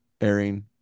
airing